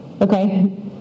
okay